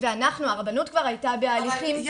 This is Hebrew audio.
ואנחנו הרבנות כבר הייתה בהליכים --- אבל,